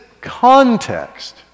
context